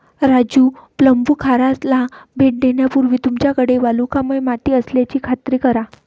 राजू प्लंबूखाराला भेट देण्यापूर्वी तुमच्याकडे वालुकामय माती असल्याची खात्री करा